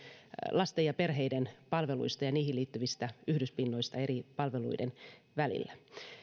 lasten ja perheiden palveluista ja niihin liittyvistä yhdyspinnoista eri palveluiden välillä